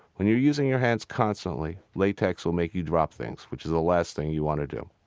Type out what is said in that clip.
when you're using your hands constantly, latex will make you drop things, which is the last thing you want to do